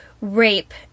rape